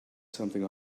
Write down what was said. something